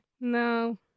No